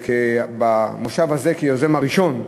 כי במושב הזה כיוזם הראשון,